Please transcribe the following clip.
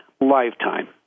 lifetime